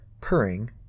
purring